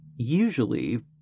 Usually